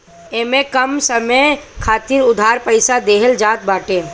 इमे कम समय खातिर उधार पईसा देहल जात बाटे